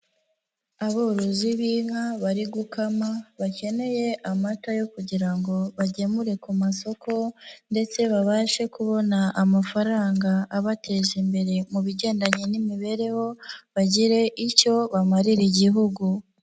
Aborozi b'inka bari gukama bakeneye amata yo kugira ngo bagemure ku masoko ndetse babashe kubona amafaranga abateza imbere mu bigendanye n'imibereho, bagire icyo bamarira igihugu.